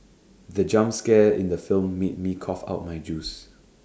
the jump scare in the film made me cough out my juice